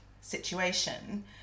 situation